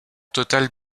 totale